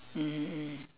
mmhmm mm